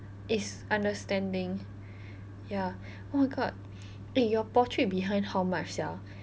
it's understanding ya oh my god eh your portrait behind how much sia